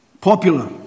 Popular